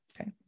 Okay